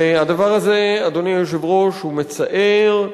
אדוני היושב-ראש, הדבר הזה מצער.